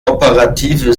operative